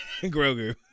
Grogu